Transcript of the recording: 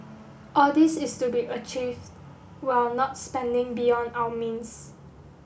all this is to be achieved while not spending beyond our means